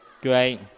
great